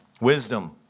Wisdom